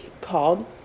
called